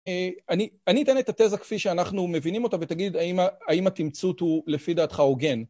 אני אתן את התזה כפי שאנחנו מבינים אותה, ותגיד האם התמצות הוא לפי דעתך הוגן.